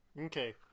okay